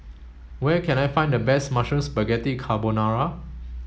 where can I find the best Mushroom Spaghetti Carbonara